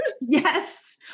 Yes